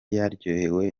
yaryohewe